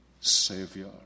Savior